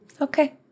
Okay